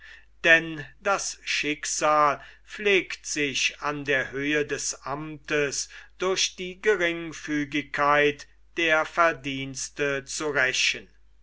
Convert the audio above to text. denn das schicksal pflegt sich an der höhe des amtes durch die geringfügigkeit der verdienste zu rächen